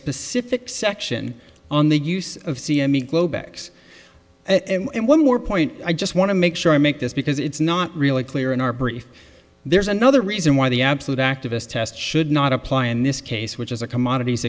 specific section on the use of c m e globe x and one more point i just want to make sure i make this because it's not really clear in our brief there's another reason why the absolute activist test should not apply in this case which is a commodities